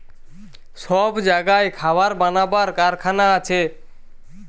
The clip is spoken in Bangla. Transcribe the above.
সব জাগায় খাবার বানাবার কারখানা আছে